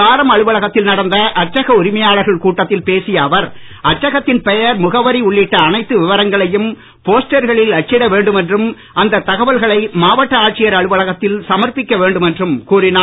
சாரம் அலுவலகத்தில் நடந்த அச்சக உரிமையாளர்கள் கூட்டத்தில் பேசிய அவர் அச்சகத்தின் பெயர் முகவரி உள்ளிட்ட அனைத்து விவரங்களையும் போஸ்டர்களில் அச்சிட வேண்டும் என்றும் அந்த தகவல்களை மாவட்ட ஆட்சியர் அலுவலகத்தில் சமர்ப்பிக்க வேண்டும் என்றும் கூறினார்